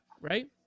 right